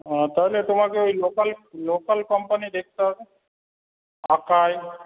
তাহলে তোমাকে ওই লোকাল লোকাল কোম্পানি দেখতে হবে আকাই